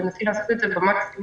מנסים לעשות את זה במקסימום